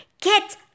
Get